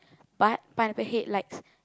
but Pineapple Head likes